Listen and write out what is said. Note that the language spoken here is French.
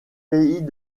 pays